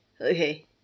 Okay